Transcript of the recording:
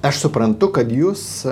aš suprantu kad jūs